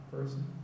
person